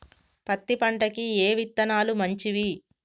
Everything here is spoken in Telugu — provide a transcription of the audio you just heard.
పత్తి పంటకి ఏ విత్తనాలు మంచివి?